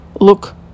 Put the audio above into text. look